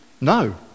no